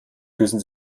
küssen